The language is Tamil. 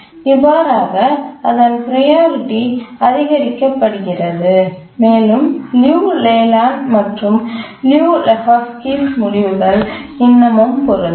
இவ்வாறாக அதன் ப்ரையாரிட்டி அதிகரிக்கப்படுகிறது மேலும் லியு லேலேண்ட் மற்றும் லியு லெஹோஸ்கியின் Liu Lehoczky's முடிவுகள் இன்னமும் பொருந்தும்